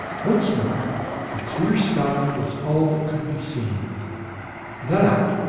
once more the clear sky was all that could be seen that,